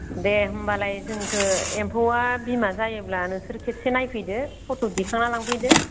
दे होमबालाय जोंखो एम्फौआ बिमा जायोब्ला नोंसोर खेबसे नायफैदो फट' दिखांनानै लांफैदो